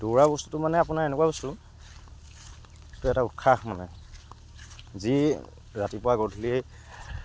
দৌৰা বস্তুটো মানে আপোনাৰ এনেকুৱা বস্তু এইটো এটা উৎসাহ মানে যি ৰাতিপুৱা গধূলি